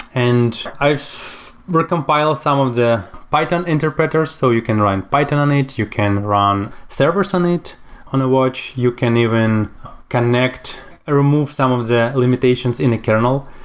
and i've recompiled some of the python interpreters. so you can run python on it. you can run servers on it on a watch. you can even connect remove some of the limitations in a kernel.